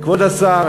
כבוד השר,